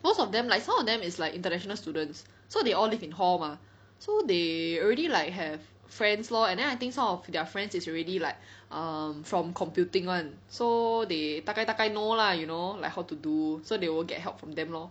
most of them like some of them is like international students so they all live in hall mah so they already like have friends lor and then I think some of their friends is already like um from computing [one] so they 大概大概 know lah you know like how to do so they will get help from them lor